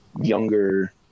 younger